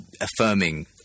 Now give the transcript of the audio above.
affirming